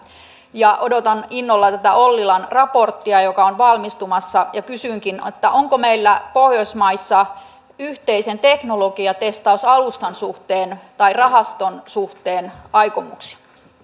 odotan innolla tätä ollilan raporttia joka on valmistumassa ja kysynkin onko meillä pohjoismaissa yhteisen teknologiatestausalustan suhteen tai rahaston suhteen aikomuksia